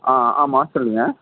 ஆ ஆமாம் சொல்லுங்க